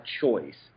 choice